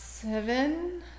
Seven